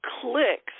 clicks